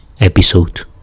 episode